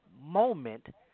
moment